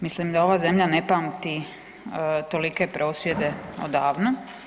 Mislim da ova zemlja ne pamti tolike prosvjede odavno.